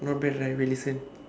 not bad right really same